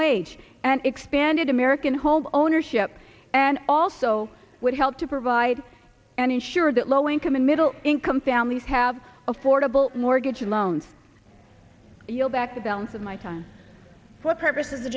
wage and expanded american home ownership and also would help to provide and ensure that low income and middle income families have affordable mortgage loans you'll back the balance of my time what purpose